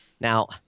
Now